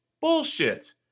Bullshit